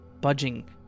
budging